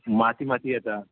माती माती येता